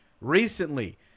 recently